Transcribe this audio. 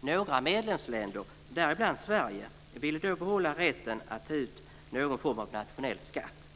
Några medlemsländer, däribland Sverige, ville då behålla rätten att ta ut någon form av nationell skatt.